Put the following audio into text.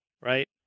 right